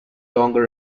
longer